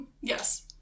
Yes